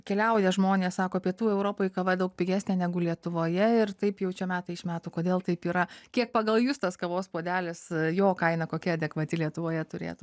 keliauja žmonės sako pietų europoj kava daug pigesnė negu lietuvoje ir taip jau čia metai iš metų kodėl taip yra kiek pagal jus tas kavos puodelis jo kaina kokia adekvati lietuvoje turėtų